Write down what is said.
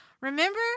Remember